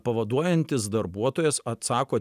pavaduojantis darbuotojas atsako